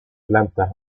planta